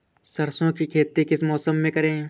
सरसों की खेती किस मौसम में करें?